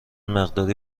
مقداری